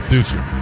Future